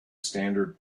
standard